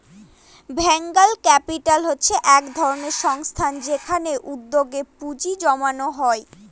venture capital হচ্ছে এক ধরনের সংস্থা যেখানে উদ্যোগে পুঁজি জমানো হয়